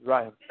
Right